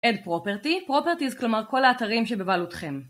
אד פרופרטי, פרופרטיס כלומר כל האתרים שבבעלותכם